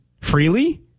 freely